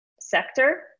sector